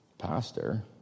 Pastor